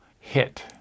hit